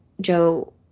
Joe